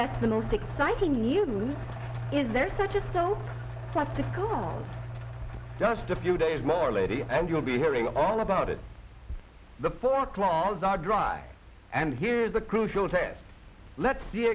that's the most exciting news is there such a stone just a few days more lady and you'll be hearing all about it the fur claws are dry and here's a crucial test let's see